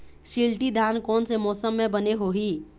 शिल्टी धान कोन से मौसम मे बने होही?